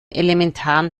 elementaren